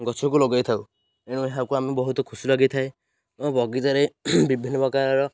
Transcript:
ଗଛକୁ ଲଗେଇଥାଉ ଏଣୁ ଏହାକୁ ଆମେ ବହୁତ ଖୁସି ଲାଗିଥାଏ ମୋ ବଗିଚାରେ ବିଭିନ୍ନ ପ୍ରକାରର